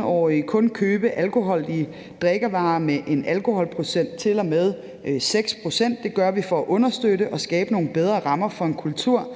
16-17-årige kun købe alkoholdige drikkevarer med en alkoholprocent til og med 6 pct. Det gør vi for at understøtte og skabe nogle bedre rammer for en kultur,